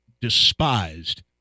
despised